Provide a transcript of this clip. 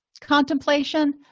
Contemplation